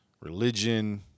Religion